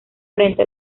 frente